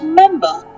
member